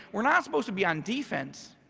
we're not supposed to be on defense.